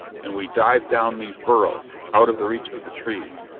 and we dived down these burrows, out of the reach of the trees.